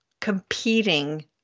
competing